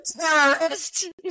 terrorist